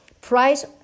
price